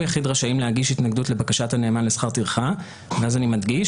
יחיד רשאים להגיש התנגדות לבקשת הנאמן לשכר טרחה ואז אני מדגיש